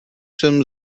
jsem